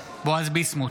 ביסמוט,